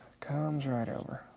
comes right over.